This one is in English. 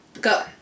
Go